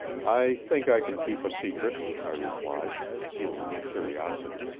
i think i can keep a secret, i replied, concealing my curiosity.